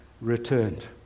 returned